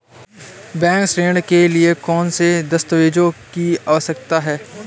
Bank ऋण के लिए कौन से दस्तावेजों की आवश्यकता है?